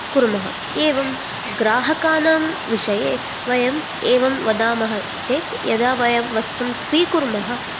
कुर्मः एवं ग्राहकाणां विषये वयम् एवं वदामः चेत् यदा वयं वस्त्रं स्वीकुर्मः तत्